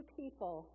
people